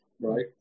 right